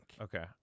Okay